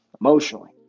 emotionally